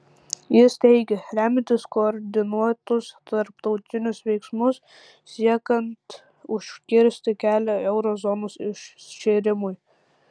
jis teigė remiantis koordinuotus tarptautinius veiksmus siekiant užkirsti kelią euro zonos iširimui